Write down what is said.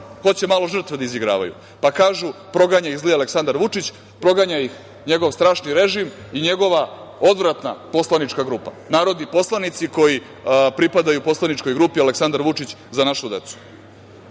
hoće malo žrtve da izigravaju, pa kažu proganja ih zli Aleksandar Vučić, proganja ih njegov strašni režim i njegova odvratna poslanička grupa, narodni poslanici koji pripadaju poslaničkoj grupi Aleksandar Vučić za našu decu. Sada